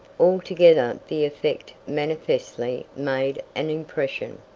altogether the effect manifestly made an impression.